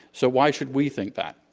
so why should we think that?